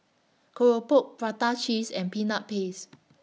Keropok Prata Cheese and Peanut Paste